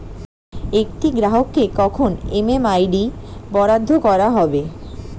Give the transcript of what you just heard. একটি গ্রাহককে কখন এম.এম.আই.ডি বরাদ্দ করা হবে?